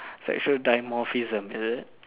sexual dimorphism is it